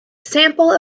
sample